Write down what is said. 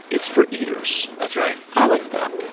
it's for eaters that's right i like that.